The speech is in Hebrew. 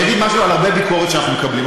אני אגיד משהו על הרבה ביקורת שאנחנו מקבלים.